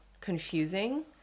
confusing